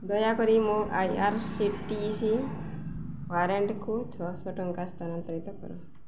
ଦୟାକରି ମୋ I R C T C ୱାଲେଟ୍କୁ ଛଅଶହ ଟଙ୍କା ସ୍ଥାନାନ୍ତରିତ କର